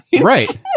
Right